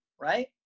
right